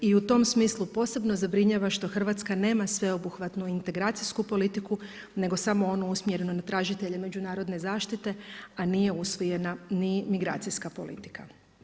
I u tom smislu, posebno zabrinjava, što Hrvatska nema sveobuhvatnu integracijsku politiku, nego samo onu usmjerenu na tražitelje međunarodne zaštite, a nije usvojena ni migracijska politika.